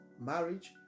marriage